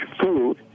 food